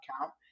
account